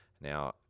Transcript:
Now